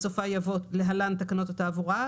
בסופה יבוא: להלן, תקנות התעבורה.